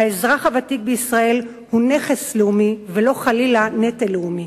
האזרח הוותיק בישראל הוא נכס לאומי ולא חלילה נטל לאומי.